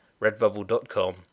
Redbubble.com